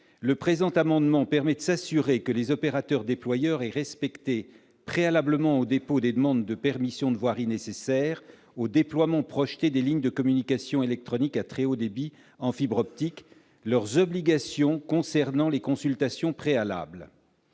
du présent amendement permettent de s'assurer que les opérateurs déployeurs ont respecté, préalablement aux dépôts des demandes de permission de voirie nécessaires au déploiement projeté de lignes de communications électroniques à très haut débit en fibre optique, leurs obligations relatives aux consultations préalables.